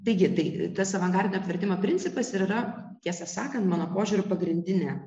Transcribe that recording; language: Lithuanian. taigi tai tas avangarde apvertimo principas yra tiesą sakant mano požiūriu pagrindinė